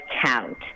count